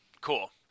Cool